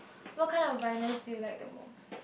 what kind of vinyls do you like the most